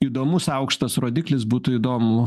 įdomus aukštas rodiklis būtų įdomu